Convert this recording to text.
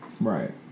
Right